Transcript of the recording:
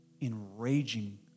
enraging